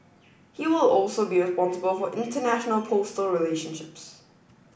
he will also be responsible for international postal relationships